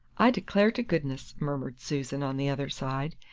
i declare to goodness, murmured susan, on the other side,